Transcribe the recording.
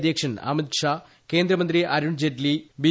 അധ്യക്ഷൻ അമിത് ഷാ കേന്ദ്രമന്ത്രി അരുൺ ജയ്റ്റ്ലി ബി